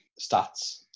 stats